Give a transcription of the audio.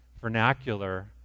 vernacular